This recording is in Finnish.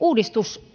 uudistus